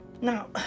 Now